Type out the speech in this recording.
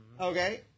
okay